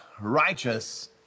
righteous